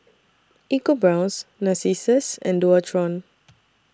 EcoBrown's Narcissus and Dualtron